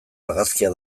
argazkia